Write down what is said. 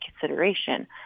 consideration